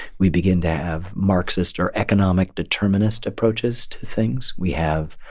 we begin to have marxist or economic determinist approaches to things. we have,